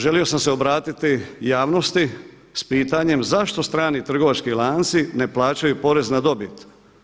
Želio sam se obratiti javnosti s pitanjem zašto strani trgovački lanci ne plaćaju porez na dobit?